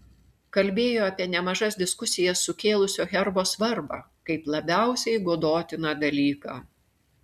kalbėjo apie nemažas diskusijas sukėlusio herbo svarbą kaip labiausiai godotiną dalyką